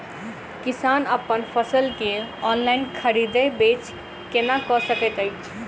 किसान अप्पन फसल केँ ऑनलाइन खरीदै बेच केना कऽ सकैत अछि?